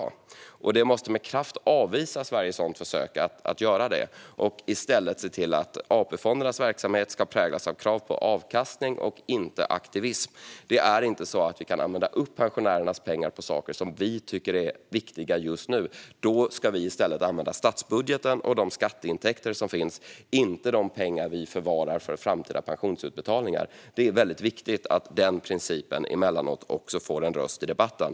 Varje sådant försök måste med kraft avvisas. I stället måste vi se till att AP-fondernas verksamhet präglas av krav på avkastning och inte aktivism. Vi kan inte använda pensionärernas pengar till sådant som vi tycker är viktigt just nu. Då ska vi i stället använda statsbudgeten och de skatteintäkter som finns, inte de pengar som vi förvarar för framtida pensionsutbetalningar. Det är väldigt viktigt att denna princip emellanåt också får en röst i debatten.